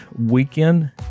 weekend